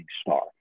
star